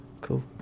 Cool